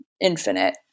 infinite